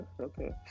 okay